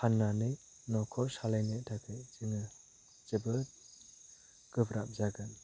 फाननानै न'खौ सालायनो थाखाय जोङो जोबोद गोब्राब जागोन